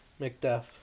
McDuff